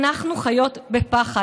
אנחנו חיות בפחד.